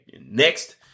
Next